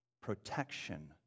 protection